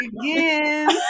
again